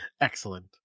Excellent